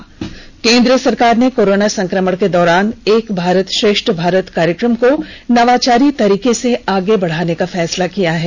त् केंद्र सरकार ने कोरोना संक्र म ण के दौरान एक भारत श्रेष्ठ भारत कार्य क्र म को नावाचारी तरीके से आगे बढाने का फैसला किया है